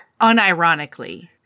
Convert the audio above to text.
unironically